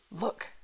Look